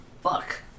Fuck